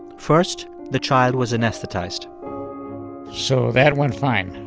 first, the child was anesthetized so that went fine.